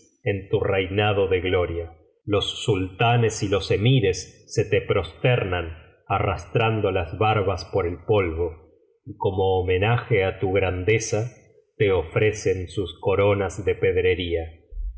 en tu reinado de gloria los sultanes y los emires se te prosteman arrastrando las barbas por el polvo y como homenaje á tu grandeza te ofrecen sus coronas de pedrería